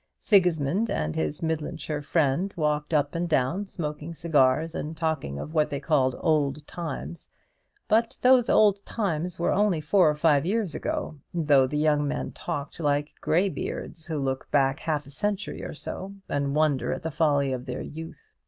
sigismund and his midlandshire friend walked up and down, smoking cigars, and talking of what they called old times but those old times were only four or five years ago, though the young men talked like greybeards, who look back half a century or so, and wonder at the folly of their youth.